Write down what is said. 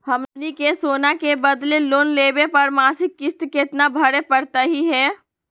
हमनी के सोना के बदले लोन लेवे पर मासिक किस्त केतना भरै परतही हे?